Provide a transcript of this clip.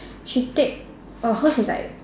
she take oh hers is like